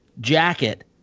jacket